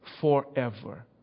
forever